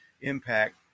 impact